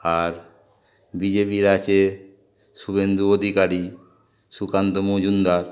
আর বিজেপির আছে শুভেন্দু অধিকারী সুকান্ত মজুমদার